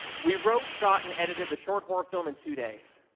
we wrote, shot and edited the short horror film in two days.